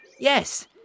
Yes